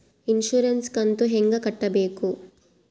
Insurance ಕಂತು ಹೆಂಗ ಕಟ್ಟಬೇಕು?